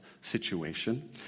situation